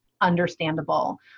understandable